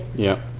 yeah.